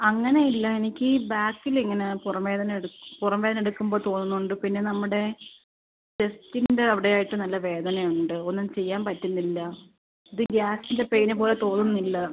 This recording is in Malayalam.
അങ്ങനെ ഇല്ല എനിക്ക് ഈ ബാക്കിൾ ഇങ്ങനെ പുറം വേദന എടു പുറം വേദന എടുക്കുമ്പോൾ തോന്നുന്നുണ്ട് പിന്നെ നമ്മുടെ ചെസ്റ്റിൻ്റെ അവിടെയായിട്ട് നല്ല വേദന ഉണ്ട് ഒന്നും ചെയ്യാൻ പറ്റുന്നില്ല ഇത് ഗ്യാസിൻ്റെ പെയിൻ പോലെ തോന്നുന്നില്ല